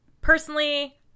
Personally